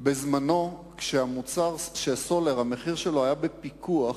בזמנו, כשמחיר הסולר היה בפיקוח,